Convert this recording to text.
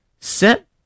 Set